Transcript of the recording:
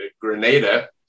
Grenada